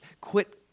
quit